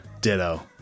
Ditto